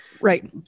Right